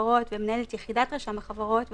החברות ומנהלת יחידת רשם החברות והשותפויות,